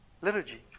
Liturgy